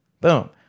Boom